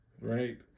right